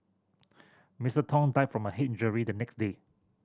Mister Tong died from a head injury the next day